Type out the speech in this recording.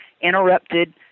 interrupted